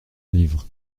livre